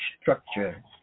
structure